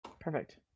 perfect